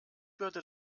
würde